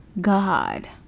God